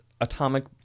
Atomic